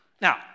Now